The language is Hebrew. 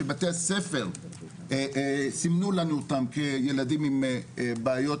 שבתי-הספר סימנו לנו אותם כילדים עם בעיות